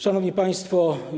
Szanowni Państwo!